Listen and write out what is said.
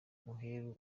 maheru